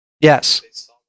Yes